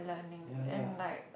ya ya